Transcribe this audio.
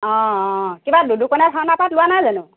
অঁ অঁ কিবা দুদুকনে ভাওনাৰ পাৰ্ট লোৱা নাই জানো